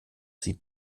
sie